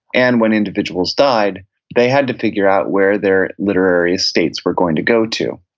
and when individuals died they had to figure out where their literary estates were going to go to.